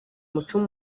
umuco